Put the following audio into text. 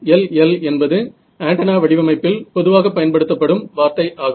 SLL என்பது antenna வடிவமைப்பில் பொதுவாக பயன்படுத்தப்படும் வார்த்தை ஆகும்